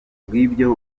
bw’ibyo